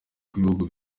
kw’ibihugu